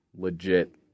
legit